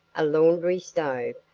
a laundry stove,